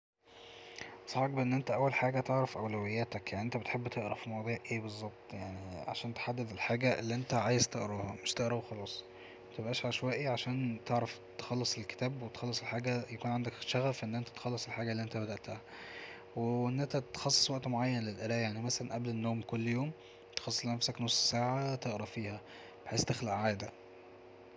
أنصحك بأن أنت اول حاجة تعرف أولوياتك يعني انت بتحب تقرأ في مواضيع اي بالظبط علشان تحدد الحاجة اللي انت عايز تقرأها مش تقرا وخلاص متبقاش عشوائي علشان تعرف تخلص الكتاب وتخلص الحاجة يكون عندك شغف تخلص الحاجة اللي انت بدأتها وأن انت تخصص وقت معين للقراية يعني مثلا قبل النوم كل يوم تخصص لنفسك نص ساعة تقرأ فيها بحيث تخلق عادة